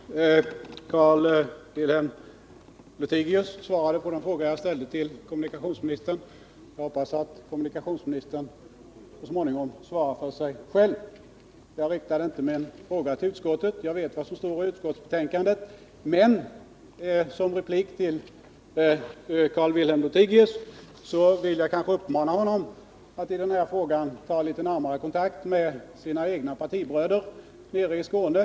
Herr talman! Carl-Wilhelm Lothigius svarade på de frågor jag ställde till kommunikationsministern. Jag hoppas att hon så småningom svarar för sig själv. Jag riktade inte min fråga till utskottet — jag vet vad som står i utskottsbetänkandet — men som replik till Carl-Wilhelm Lothigius vill jag uppmana honom att i den här frågan ta litet närmare kontakter med sina partibröder i Skåne.